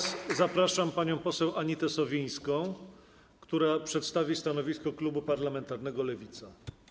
Zapraszam panią poseł Anitę Sowińską, która przedstawi stanowisko klubu parlamentarnego Lewica.